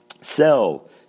sell